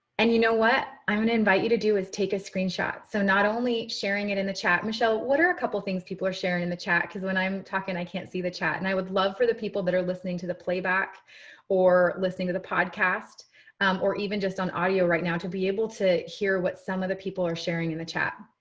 and you know what? i would invite you to do is take a screenshot. so not only sharing it in the chat. michelle, what are a couple of things people are sharing in the chat? because when i'm talking, i can't see the chat. and i would love for the people that are listening to the playback or listening to the podcast or even just on audio right now to be able to hear what some of the people are sharing in the chat.